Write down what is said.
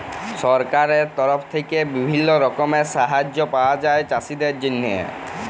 সরকারের তরফ থেক্যে বিভিল্য রকমের সাহায্য পায়া যায় চাষীদের জন্হে